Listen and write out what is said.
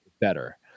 better